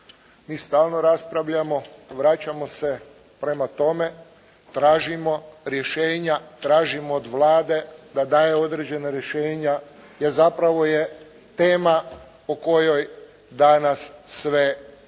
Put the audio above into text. mi stalno raspravljamo, vraćamo se prema tome, tražimo rješenja, tražimo od Vlade da daje određena rješenja, jer zapravo je tema o kojoj danas sve